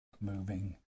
moving